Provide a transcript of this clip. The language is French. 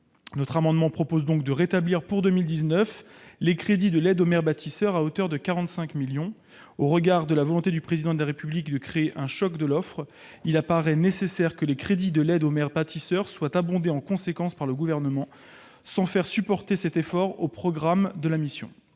essentiel. Nous proposons donc de rétablir pour 2019 les crédits de l'aide aux maires bâtisseurs à hauteur de 45 millions d'euros. Au regard de la volonté du Président de la République de créer un choc de l'offre, il paraît nécessaire que les crédits de l'aide aux maires bâtisseurs soient abondés par le Gouvernement sans faire supporter cet effort par un autre programme de la mission.